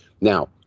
Now